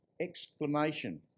exclamation